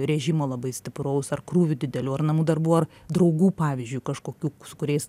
režimo labai stipraus ar krūvių didelių ar namų darbų ar draugų pavyzdžiui kažkokių su kuriais